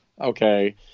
okay